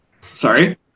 Sorry